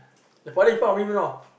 the poly in front of you you don't even know